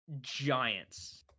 Giants